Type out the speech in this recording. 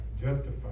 justified